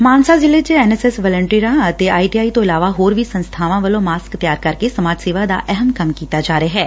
ਮਾਨਸਾ ਜ਼ਿਲ੍ਹੇ ਚ N S S ਵੰਲਟੀਅਰਾਂ ਅਤੇ ਆਈ ਟੀ ਆਈ ਤੋਂ ਇਲਾਵਾ ਹੋਰ ਵੀ ਸੰਸਬਾਵਾਂ ਵੱਲੋਂ ਮਾਸਕ ਤਿਆਰ ਕਰਕੇ ਸਮਾਜ ਸੇਵਾ ਦਾ ਅਹਿਮ ਕੰਮ ਕੀਤਾ ਜਾ ਰਿਹੈ